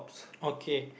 okay